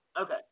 Okay